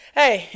hey